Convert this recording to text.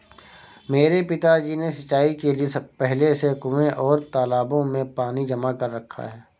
मेरे पिताजी ने सिंचाई के लिए पहले से कुंए और तालाबों में पानी जमा कर रखा है